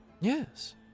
Yes